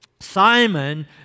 Simon